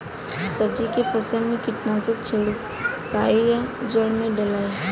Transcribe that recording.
सब्जी के फसल मे कीटनाशक छिड़काई या जड़ मे डाली?